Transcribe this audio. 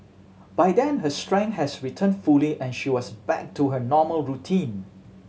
by then her strength had returned fully and she was back to her normal routine